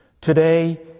Today